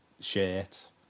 shirt